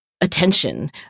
attention